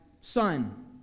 son